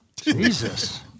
Jesus